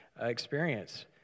experience